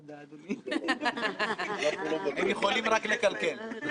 רציתי להפנות את תשומת הלב להוראות התקנון.